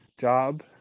job